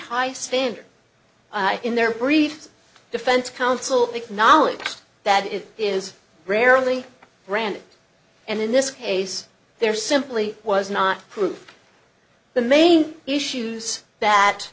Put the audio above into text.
high standard in their brief defense counsel acknowledged that it is rarely granted and in this case there simply was not proof the main issues that